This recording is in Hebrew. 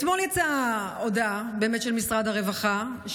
אתמול יצאה הודעה של משרד הרווחה,